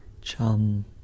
Chum